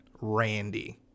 Randy